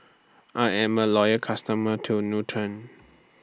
I'm A Loyal customer to Nutren